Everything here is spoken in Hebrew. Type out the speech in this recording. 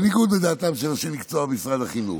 בניגוד לדעתם של אנשי מקצוע במשרד החינוך.